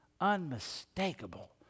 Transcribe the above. unmistakable